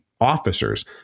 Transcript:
officers